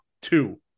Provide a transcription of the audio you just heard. two